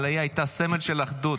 אבל היא הייתה סמל של אחדות.